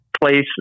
place